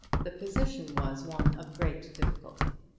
the position was one of great difficulty,